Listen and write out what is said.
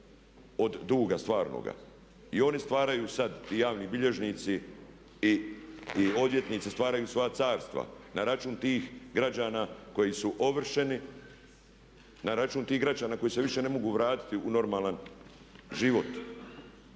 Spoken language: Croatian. od duga stvarnoga. I oni stvaraju sada i javni bilježnici i odvjetnici stvaraju svoja carstva na račun tih građana koji su ovršeni, na račun tih građana koji se više ne mogu vratiti u normalan život